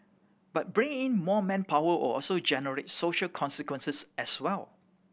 but bringing more manpower will also generate social consequences as well